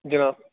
جناب